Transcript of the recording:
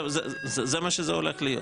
זה מה שהולך להיות.